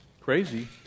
crazy